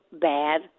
bad